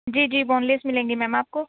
جی جی boneless ملیں گی میم آپ کو